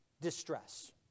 distress